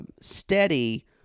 steady